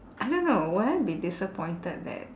I don't know would I be disappointed that